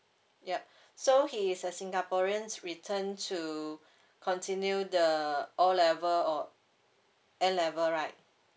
yup so he is a singaporean return to continue the O level or A level right